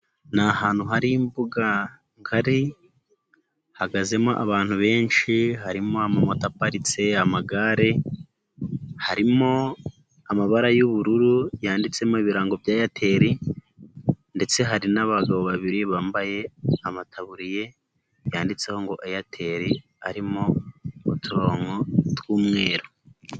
Ni ahantu hari imbuga ngari, hahagazemo abantu benshi, harimo amamoto paritse, amagare, harimo amabara y'ubururu, yanditsemo ibirango bya Airtel ndetse hari n'abagabo babiri bambaye amataburiye, yanditseho ngo Airtel, arimo uturongo tw'umweru.